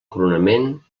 coronament